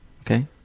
okay